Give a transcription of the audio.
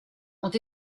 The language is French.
ont